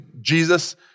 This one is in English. Jesus